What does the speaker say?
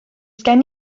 gen